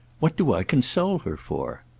what do i console her for?